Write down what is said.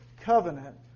covenant